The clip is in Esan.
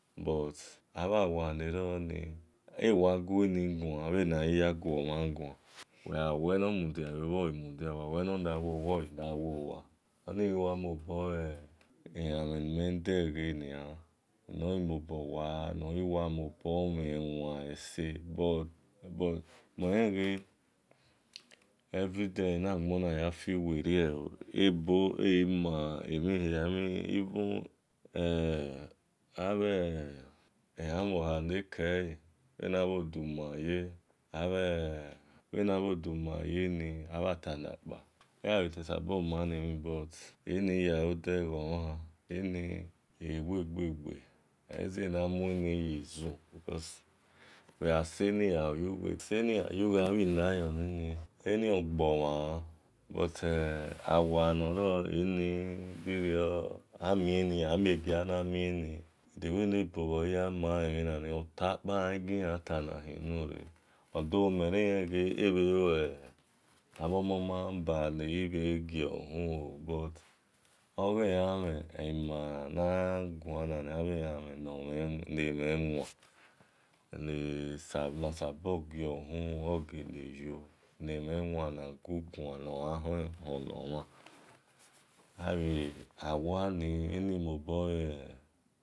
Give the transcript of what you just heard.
But abhi awa nero aghi guuian-guan bhe naya guanmhan guan uweghawe nemudia yebha igimudia uweghawe ne-lawowa ighilalo onimobo elamhen nime deghe nomobomhenwan esa but mhen lenghe everyday enagbona ya fiwelie ebo eghima elamoha abhi atalakpa eyante sabo malen mhin but eni yallo daghomhan eni wegbegbe oleghie enamue yan yizoo because uwegha selele wan egbomanwa but awa noror amie ghiana mie ni de way nebo ya lue yan mhin olakpa yangiyan ta nahunure alhough men bhe len omon alaba neghibhe giouhumu but oghelanmhen nolaguan na nia abhelamhen lemhen-wan na sabor gio uhumun ogele yo na guguan noyanhon nomhan awa ni mobor